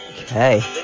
Okay